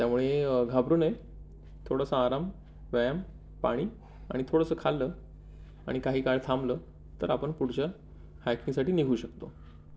त्यामुळे घाबरू नये थोडंसं आराम व्यायाम पाणी आणि थोडंसं खाल्लं आणि काही काळ थांबलं तर आपण पुढच्या हायकिंगसाठी निघू शकतो